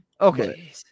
Okay